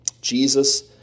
Jesus